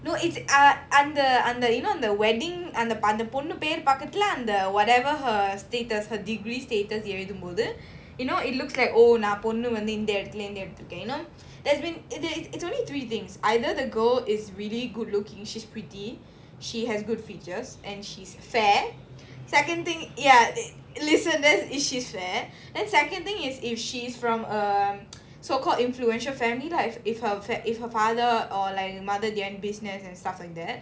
no it's ah அந்த அந்த:antha antha you know the wedding அந்த அந்த பொண்ணு பெரு பக்கத்துல அந்த:antha antha ponnu peru pakkathula whatever her status her degree status எழுதும் போது:eluthum pothu you know it looks like oh நா பொண்ணு வந்து இந்த இடத்துல இருந்து எடுத்திருக்கேன்:naa ponnu vanthu intha idathula irunthu eduthurukkaen you know there's been it's it's only three things either the girl is really good-looking she's pretty she has good features and she's fair second thing ya listen there's if she's fair then second thing is if she's from a so-called influential family lah if her fa~ if her father or like mother they are in business and stuff like that